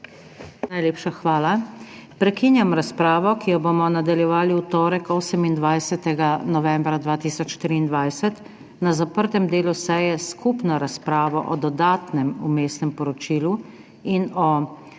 Najlepša hvala. Prekinjam razpravo, ki jo bomo nadaljevali v torek, 28. novembra 2023, na zaprtem delu seje s skupno razpravo o dodatnem vmesnem poročilu in o drugem